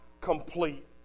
complete